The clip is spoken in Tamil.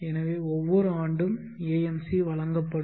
எனவே ஒவ்வொரு ஆண்டும் AMC வழங்கப்படும்